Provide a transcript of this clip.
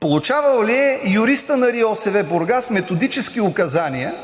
получавал ли е юристът на РИОСВ – Бургас методически указания: